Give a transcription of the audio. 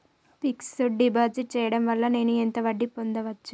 Fix డ్ deposit చేయటం వల్ల నేను ఎంత వడ్డీ పొందచ్చు?